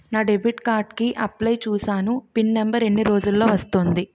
నా debit card కి apply చూసాను పిన్ నంబర్ ఎన్ని రోజుల్లో వస్తుంది?